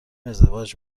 ازدواج